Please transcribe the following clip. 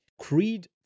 Creed